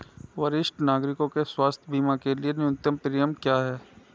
वरिष्ठ नागरिकों के स्वास्थ्य बीमा के लिए न्यूनतम प्रीमियम क्या है?